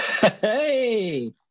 Hey